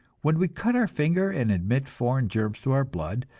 when we cut our finger and admit foreign germs to our blood,